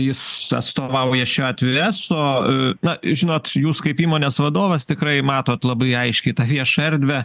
jis atstovauja šiuo atveju eso na žinot jūs kaip įmonės vadovas tikrai matot labai aiškiai tą viešą erdvę